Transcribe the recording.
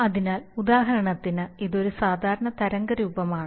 അതിനാൽ ഉദാഹരണത്തിന് ഇത് ഒരു സാധാരണ തരംഗ രൂപമാണ്